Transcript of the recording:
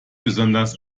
besonders